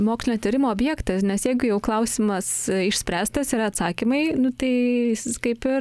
mokslinio tyrimo objektas nes jeigu jau klausimas išspręstas ir atsakymai nu tai jis kaip ir